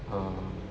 err